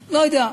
לא יודע.